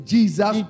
Jesus